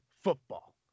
football